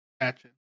Gotcha